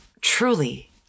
truly